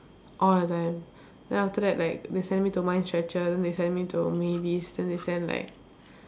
all the time then after that like they send me to mind stretcher then they send me to mavis then they send like